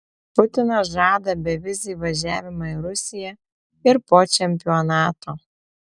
putinas žada bevizį įvažiavimą į rusiją ir po čempionato